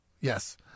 Yes